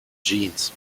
jeans